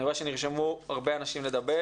אני רואה שנרשמו הרבה אנשים לדבר.